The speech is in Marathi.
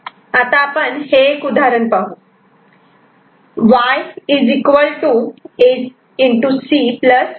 आता आपण हे एक उदाहरण पाहू हे Y A